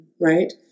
right